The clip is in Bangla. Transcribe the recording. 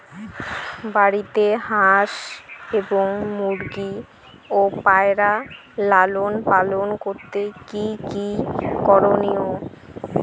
বাড়িতে হাঁস এবং মুরগি ও পায়রা লালন পালন করতে কী কী করণীয়?